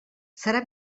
serà